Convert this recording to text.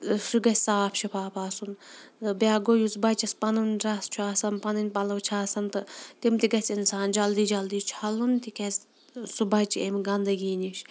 سُہ گژھِ صاف شِفاف آسُن بیٛاکھ گوٚو یُس بَچَس پَنُن ڈرٛس چھُ آسان پَنٕںۍ پَلو چھِ آسان تہٕ تِم تہِ گژھِ اِنسان جلدی جلدی چھَلُن تِکیٛازِ سُہ بَچہِ اَمہِ گَنٛدگی نِش